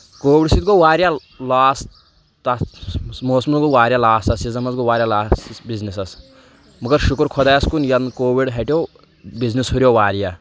covid سۭتۍ گوٚو واریاہ لاس تتھ موسمَس گوٚو واریاہ لاس تَتھ سیٖزنس گوٚو واریاہ لاس بزنسس مگر شُکُر خۄدایَس کُن ییٚنہٕ کووِڈ ہٹیو بزنس ہُریو واریاہ